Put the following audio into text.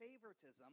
favoritism